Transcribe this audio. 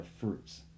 fruits